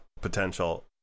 potential